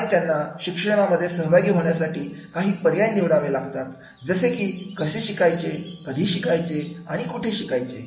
आणि त्यांना शिक्षणा मध्ये सहभागी होण्यासाठी काही पर्याय निवडावे लागतात जसे की कसे शिकायचे कधी शिकायचे आणि कुठे शिकायचे